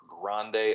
Grande